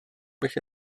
bych